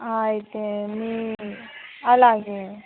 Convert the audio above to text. అయితే అలాగే